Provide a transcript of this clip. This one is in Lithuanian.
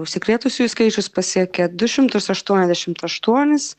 užsikrėtusiųjų skaičius pasiekė du šimtus aštuoniasdešimt aštuonis